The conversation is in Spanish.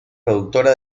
productora